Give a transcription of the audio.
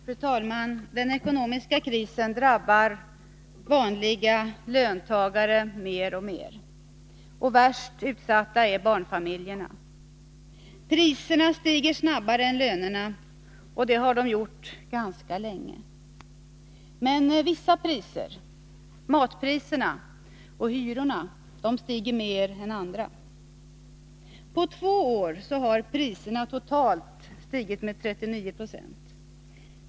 Fru talman! Den ekonomiska krisen drabbar vanliga löntagare mer och mer. Värst utsatta är barnfamiljerna. Priserna stiger snabbare än lönerna, och det har de gjort ganska länge. Men vissa priser — matpriserna och hyrorna — stiger mer än andra. På två år har priserna totalt stigit med 39 20.